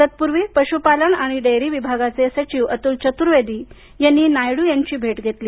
तत्पूर्वी पशुपालन आणि डेअरी विभागाचे सचिव अतुल चतुर्वेदी यांनी नायडू यांची भेट घेतली